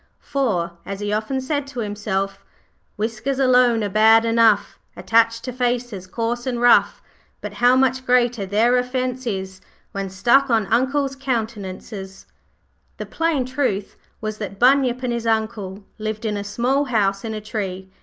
for, as he often said to himself whiskers alone are bad enough attached to faces coarse and rough but how much greater their offence is when stuck on uncles' countenances the plain truth was that bunyip and his uncle lived in a small house in a tree,